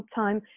time